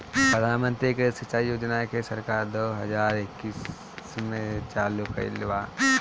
प्रधानमंत्री कृषि सिंचाई योजना के सरकार दो हज़ार इक्कीस में चालु कईले बा